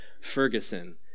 Ferguson